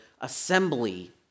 assembly